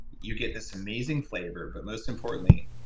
you get this amazing flavor. but most importantly,